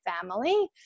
family